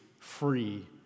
free